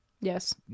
Yes